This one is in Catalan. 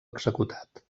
executat